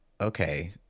okay